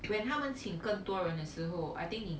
when 他们请更多人的时候 I think